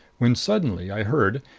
when suddenly i heard,